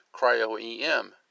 cryo-EM